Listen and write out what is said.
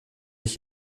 ich